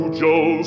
joe